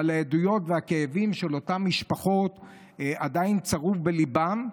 אבל העדויות והכאבים של אותן משפחות עדיין צרובים בליבן.